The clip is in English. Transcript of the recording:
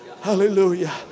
Hallelujah